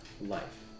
life